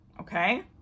Okay